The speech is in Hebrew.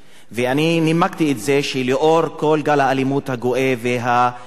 ואני נימקתי את זה שלאור כל גל האלימות הגואה והעולה,